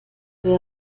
wer